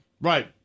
Right